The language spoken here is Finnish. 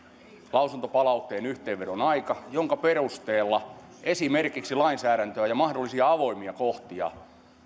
lausuntopalautteen yhteenvedon aika jonka perusteella esimerkiksi lainsäädäntöä ja mahdollisia avoimia kohtia